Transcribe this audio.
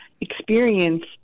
experience